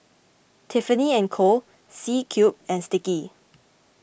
Tiffany and Co C Cube and Sticky